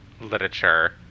literature